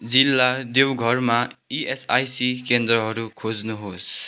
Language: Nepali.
जिल्ला देवघरमा इएसआइसी केन्द्रहरू खोज्नुहोस्